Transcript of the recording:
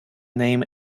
name